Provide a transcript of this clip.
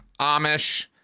Amish